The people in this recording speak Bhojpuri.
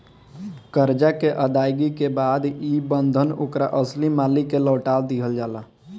करजा के अदायगी के बाद ई बंधन ओकर असली मालिक के लौटा दिहल जाला